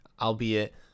albeit